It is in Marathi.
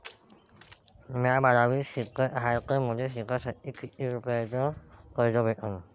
म्या बारावीत शिकत हाय तर मले शिकासाठी किती रुपयान कर्ज भेटन?